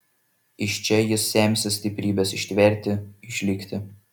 iš čia jis semsis stiprybės ištverti išlikti